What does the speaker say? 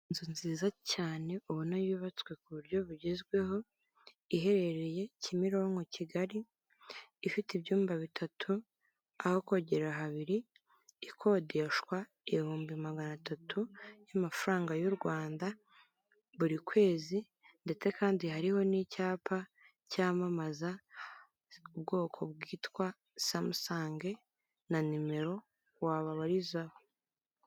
Inzu nziza cyane ubona yubatswe ku buryo bugezweho iherereye kimironko Kigali ifite ibyumba bitatu, aho kogera habiri, ikodeshwa ibihumbi magana atatu y'amafaranga y'u Rwanda buri kwezi, ndetse kandi hariho n'icyapa cyamamaza ubwoko bwitwa samusange na nimero wabababarizaho.